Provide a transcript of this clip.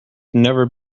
never